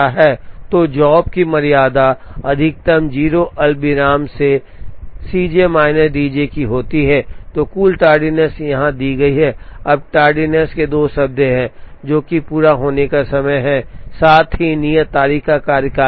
तो जॉब की मर्यादा अधिकतम ० अल्पविराम C J minus D J की होती है और कुल टार्डीनेस यहाँ दी गई है अब टार्डनेस के दो शब्द हैं जो कि पूरा होने का समय है साथ ही नियत तारीख का कार्यकाल भी